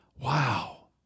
Wow